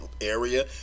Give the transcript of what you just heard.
area